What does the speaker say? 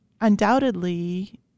undoubtedly